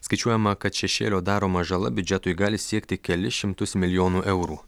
skaičiuojama kad šešėlio daroma žala biudžetui gali siekti kelis šimtus milijonų eurų